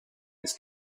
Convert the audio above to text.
his